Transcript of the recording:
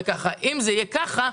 ואם זה יהיה כך,